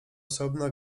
osobna